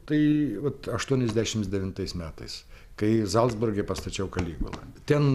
tai vat aštuoniasdešims devintais metais kai zalcburge pastačiau kaligulą ten